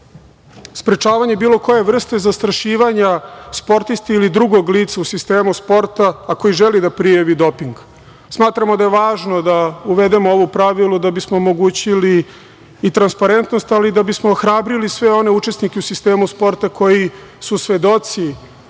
sprečavanje bilo koje vrste zastrašivanja sportiste ili drugog lica u sistemu sporta a koji želi da prijavi doping. Smatramo da je važno da uvedemo ovo pravilo da bismo omogućili i transparentnost i da bismo ohrabrili sve one učesnike u sistemu sporta koji su svedoci